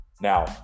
Now